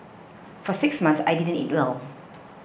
for six months I didn't eat well